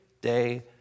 day